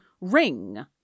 ring